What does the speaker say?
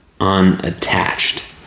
unattached